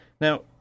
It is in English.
Now